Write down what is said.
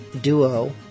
duo